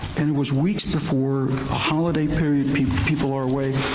and it was weeks before a holiday period. people people are away.